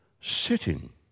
sitting